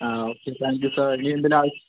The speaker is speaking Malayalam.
ഓക്കേ താങ്ക് യൂ സർ ഇനി എന്തെങ്കിലും ആവശ്യം